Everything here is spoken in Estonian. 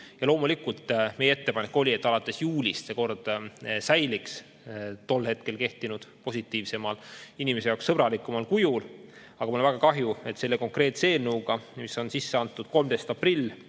Loomulikult oli meie ettepanek, et alates juulist see kord säiliks tol hetkel kehtinud positiivsemal, inimese jaoks sõbralikumal kujul, aga mul on väga kahju, et selle konkreetse eelnõuga, mis sai sisse antud 13. aprillil,